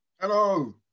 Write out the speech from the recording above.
Hello